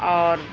اور